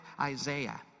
Isaiah